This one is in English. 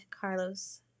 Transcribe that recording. Carlos